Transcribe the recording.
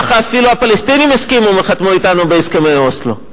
כך אפילו הפלסטינים הסכימו וחתמו על כך אתנו בהסכמי אוסלו.